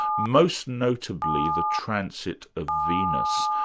most notably the transit of venus.